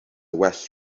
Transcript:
well